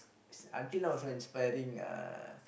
until now also inspiring uh